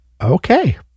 Okay